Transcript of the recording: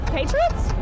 Patriots